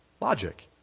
Logic